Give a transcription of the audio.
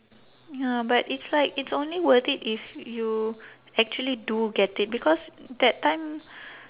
ya but it's like it's only worth it if you actually do get it because that time